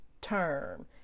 term